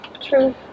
True